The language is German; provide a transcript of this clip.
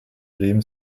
lehm